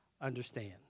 understand